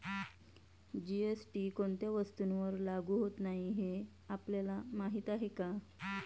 GST कोणत्या वस्तूंवर लागू होत नाही हे आपल्याला माहीत आहे का?